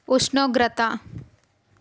ఉష్ణోగ్రత